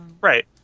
Right